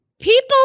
People